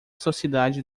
sociedade